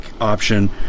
option